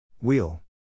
Wheel